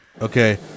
okay